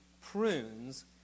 prunes